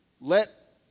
let